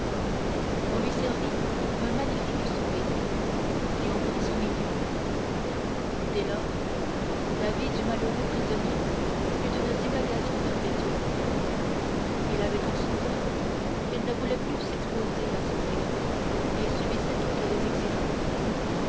on lui servit un magnifique souper et on prit son million dès lors la vie du malheureux prisonnier fut une divagation perpétuelle il avait tant souffert qu'il ne voulait plus s'exposer à souffrir et subissait toutes les exigences